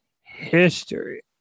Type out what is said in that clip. history